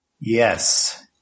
Yes